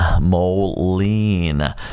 Moline